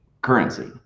currency